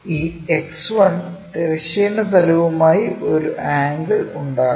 ഈ X1 തിരശ്ചീന തലവുമായി ഒരു ആംഗിൾ ഉണ്ടാക്കുന്നു